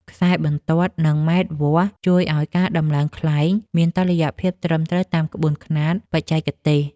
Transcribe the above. ខ្សែបន្ទាត់ និងម៉ែត្រវាស់ ជួយឱ្យការដំឡើងខ្លែងមានតុល្យភាពត្រឹមត្រូវតាមក្បួនខ្នាតបច្ចេកទេស។